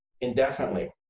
indefinitely